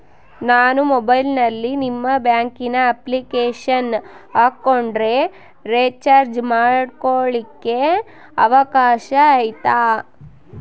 ನಾನು ಮೊಬೈಲಿನಲ್ಲಿ ನಿಮ್ಮ ಬ್ಯಾಂಕಿನ ಅಪ್ಲಿಕೇಶನ್ ಹಾಕೊಂಡ್ರೆ ರೇಚಾರ್ಜ್ ಮಾಡ್ಕೊಳಿಕ್ಕೇ ಅವಕಾಶ ಐತಾ?